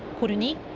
ko roon-hee,